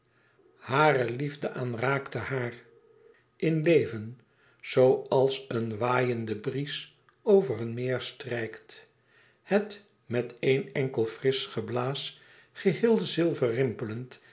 hare liefde aanraakte haar in leven zoo als een waaiende bries over een meer strijkt het met éen enkel frisch geblaas geheel zilver